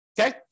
okay